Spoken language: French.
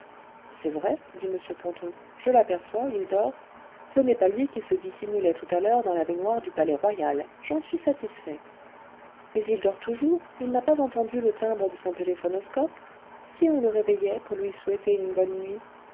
c'est vrai dit m ponto je l'aperçois il dort ce n'est pas lui qui se dissimulait tout à l'heure dans la baignoire du palais-royal j'en suis satisfait mais il dort toujours il n'a pas entendu le timbre de son téléphonoscope si on le réveillait pour lui souhaiter uue bonne nuit